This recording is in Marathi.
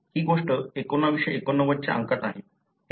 ही गोष्ट 1989 च्या अंकात आहे